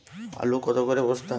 আলু কত করে বস্তা?